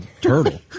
turtle